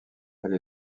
elle